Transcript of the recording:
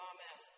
Amen